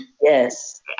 Yes